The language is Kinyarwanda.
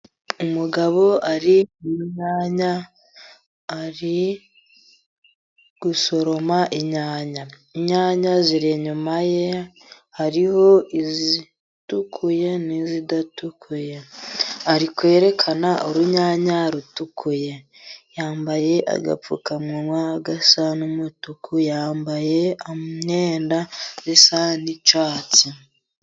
Umugabo ari mu nyanya ari gusoroma inyanya. Inyanya ziri inyuma ye hariho izitukuye n'izidatukuye, ari kwerekana urunyanya rutukuye yambaye agapfukamunwa gasa n'umutuku, yambaye imyenda isa n'icyatsi.